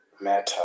matter